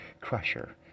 Crusher